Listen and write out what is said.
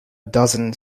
dozen